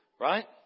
Right